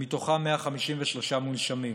ומתוכם 153 מונשמים.